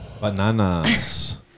Bananas